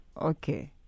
Okay